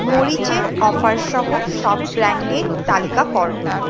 মরিচের অফার সহ সব ব্র্যান্ডের তালিকা কর